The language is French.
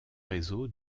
réseau